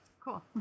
Cool